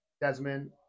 Desmond